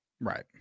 Right